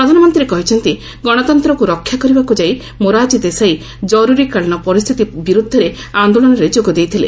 ପ୍ରଧାନମନ୍ତ୍ରୀ କହିଛନ୍ତି ଗଣତନ୍ତ୍ରକୁ ରକ୍ଷାକରିବାକୁ ଯାଇ ମୋରାର୍ଜୀ ଦେଶାଇ କରୁରୀକାଳୀନ ପରିସ୍ଥିତି ବିରୁଦ୍ଧରେ ଆନ୍ଦୋଳନରେ ଯୋଗ ଦେଇଥିଲେ